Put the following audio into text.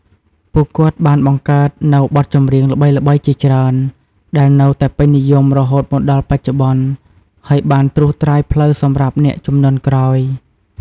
ពួកគាត់បានបង្កើតនូវបទចម្រៀងល្បីៗជាច្រើន ដែលនៅតែពេញនិយមរហូតមកដល់បច្ចុប្បន្ន ហើយបានត្រួសត្រាយផ្លូវសម្រាប់អ្នកជំនាន់ក្រោយ។